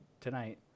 Tonight